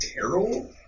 terrible